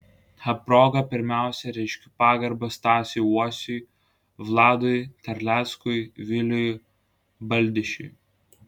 ta proga pirmiausia reiškiu pagarbą stasiui uosiui vladui terleckui viliui baldišiui